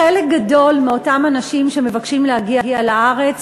חלק גדול מאותם אנשים שמבקשים להגיע לארץ